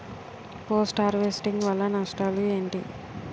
Post harvesting వల్ల నష్టాలు ఏంటి?